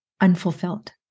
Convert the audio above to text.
unfulfilled